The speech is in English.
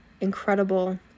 incredible